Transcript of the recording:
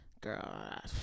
girl